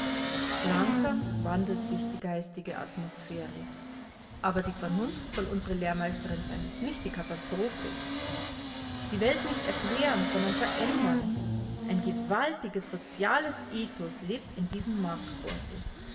langsam wandelt sich die geistige atmosphäre aber die vernunft soll unsere lehrmeisterin sein nicht die katastrophe die welt nicht erklären sondern verändern ein gewaltiges soziales ethos lebt in diesem